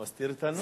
מסתיר את הנוף.